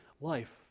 Life